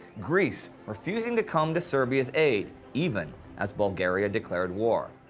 greece refusing to come to serbia's aid, even as bulgaria declared war.